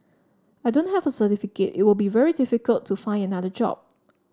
I don't have certificate it will be very difficult to find another job